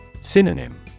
Synonym